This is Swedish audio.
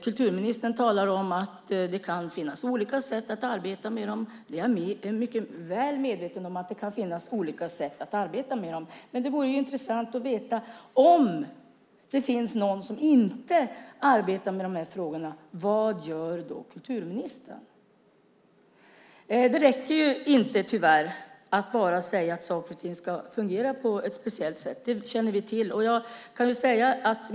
Kulturministern talar om att det kan finnas olika sätt att arbeta med de här frågorna. Jag är mycket väl medveten om att det kan finnas olika sätt att arbeta med dem, men det vore intressant att veta vad kulturministern gör om det finns någon som inte arbetar med de här frågorna. Det räcker tyvärr inte att bara säga att saker och ting ska fungera på ett speciellt sätt. Det känner vi till.